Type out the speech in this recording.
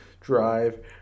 drive